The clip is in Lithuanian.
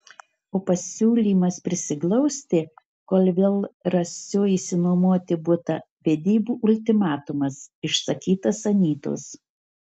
o pasiūlymas prisiglausti kol vėl rasiu išsinuomoti butą vedybų ultimatumas išsakytas anytos